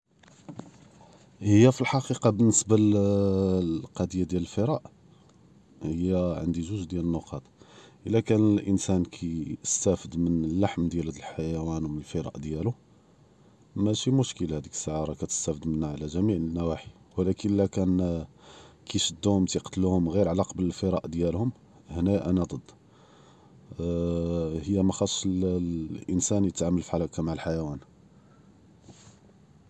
הי פאלחקיקה באלניסבה ללה אה ללצ’יה דיאל אלפראא, הי ענדִי זוז דיאל אלנוקט, אלא כאן לאנסאן כיסתאפד מן אללחם דיאל האד אלחיואן ו מן אלפראא דיאלו, מאשי מושכל דיק אלסאעה רא כתסתעמל עלא ג’מיע אלנואחי, ולאכן אלא כאנו תישדוהם תיקטלוהם ע’יר עלא קבל אלפראא דיאלהם, הנא אנהא דּד, אה הי מאחאצּש לאנסאן יתעאמל פחאל האכא מעא אלחיואן.